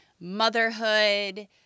motherhood